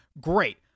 Great